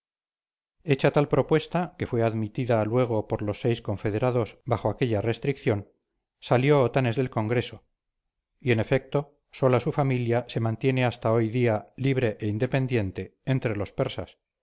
hecha tal propuesta que fue admitida luego por los seis confederados bajo aquella restricción salió otanes del congreso y en efecto sola su familia se mantiene hasta hoy día libre e independiente entre los persas